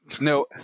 No